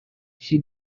she